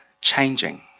changing